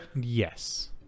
yes